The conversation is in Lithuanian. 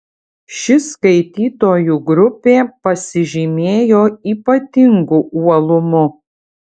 ši skaitytojų grupė pasižymėjo ypatingu uolumu